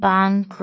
Bank